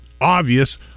obvious